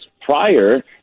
prior